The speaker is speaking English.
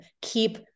keep